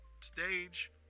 stage